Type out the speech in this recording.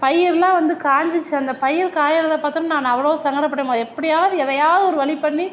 பயிர்லாம் வந்து காஞ்சிச்சு அந்த பயிர் காயறதை பார்த்து நான் அவ்வளோ சங்கப்பட்டோம்மா எப்படியாவது எதையாவது ஒரு வழிப் பண்ணி